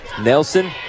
Nelson